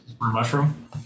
mushroom